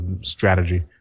strategy